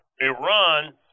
Iran